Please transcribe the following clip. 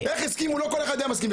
איך הסכימו, לא כל אחד היה מסכים.